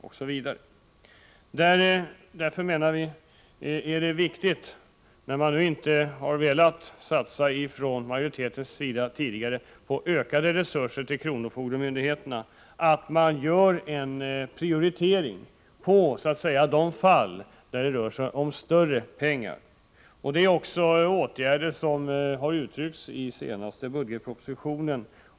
När majoriteten inte tidigare har velat satsa på ökade resurser till kronofogdemyndigheterna menar vi att det är viktigt att de fall där det rör sig om stora pengar prioriteras. Önskemål om sådana här åtgärder har också uttryckts i budgetpropositionen.